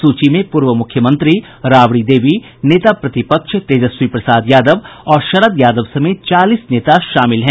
सूची में पूर्व मुख्यमंत्री राबड़ी देवी नेता प्रतिपक्ष तेजस्वी प्रसाद यादव और शरद यादव समेत चालीस नेता शामिल हैं